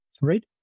Right